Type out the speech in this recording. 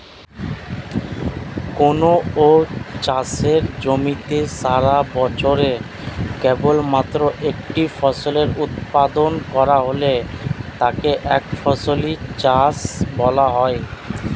কোনও চাষের জমিতে সারাবছরে কেবলমাত্র একটি ফসলের উৎপাদন করা হলে তাকে একফসলি চাষ বলা হয়